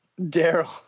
Daryl